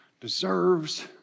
deserves